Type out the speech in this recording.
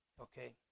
okay